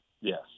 Yes